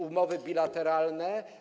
Umowy bilateralne.